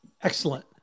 Excellent